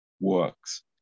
works